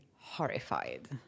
horrified